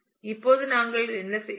இப்போது நாங்கள் என்ன செய்வது